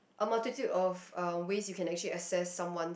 a multitude of uh ways where you can actually access someone's